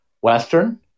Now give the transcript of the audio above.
Western